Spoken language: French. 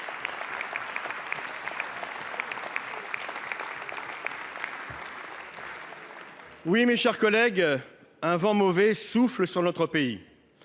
Oui, mes chers collègues. Un vent mauvais souffle sur notre pays.